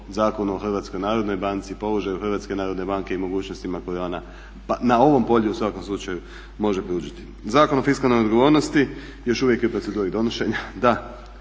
dnevno političke nervoze o Zakonu o HNB-u i mogućnostima koje ona na ovom polju u svakom slučaju može pružiti. Zakon o fiskalnoj odgovornosti još uvijek je u proceduri donošenja,